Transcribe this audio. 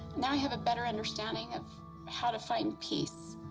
now, i have a better understanding of how to find peace.